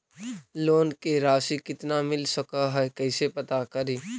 Loan के रासि कितना मिल सक है कैसे पता करी?